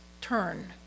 turn